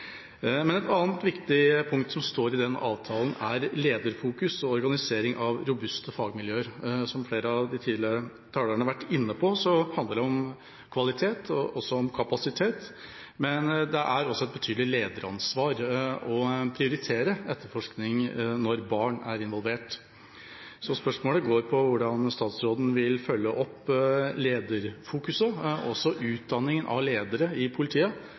Et annet viktig punkt som står i den avtalen, er om lederfokus og organisering av robuste fagmiljøer. Som flere av de tidligere talerne har vært inne på, handler det om kvalitet og kapasitet, men det er også et betydelig lederansvar å prioritere etterforskning når barn er involvert. Så spørsmålet går på hvordan statsråden vil følge opp lederfokuset, også utdanning av ledere i politiet